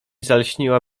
zalśniła